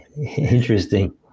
Interesting